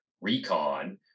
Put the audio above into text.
recon